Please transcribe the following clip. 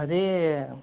అది